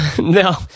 no